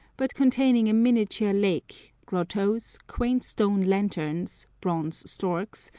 but containing a miniature lake, grottos, quaint stone lanterns, bronze storks,